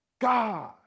God